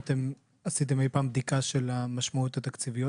עשיתם אי פעם בדיקה של המשמעות התקציבית,